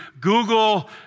Google